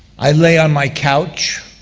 i lay on my couch,